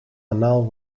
anaal